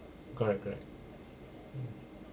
correct correct mm